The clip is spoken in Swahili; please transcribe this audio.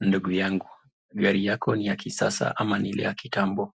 Ndugu yangu gari yako ni ya kisasa ama ni ile ya kitambo?